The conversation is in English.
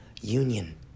union